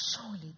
surely